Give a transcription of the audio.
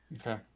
Okay